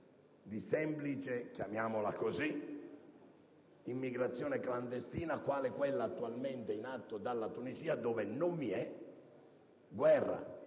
possiamo definirla - immigrazione clandestina, quale quella attualmente in atto dalla Tunisia, dove non vi è guerra